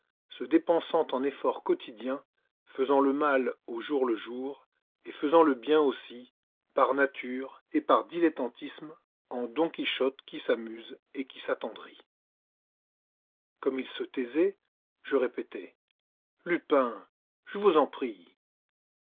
se dépensant en efforts quotidiens faisant le mal au jour le jour et faisant le bien aussi par nature et par dilettantisme en don quichotte qui s'amuse et qui s'attendrit comme il se taisait je répétai lupin je vous en prie